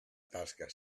tasca